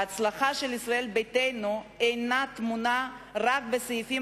ההצלחה של ישראל ביתנו אינה טמונה רק בסעיפים